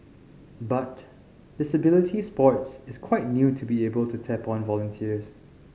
but disability sports is quite new to be able to tap on volunteers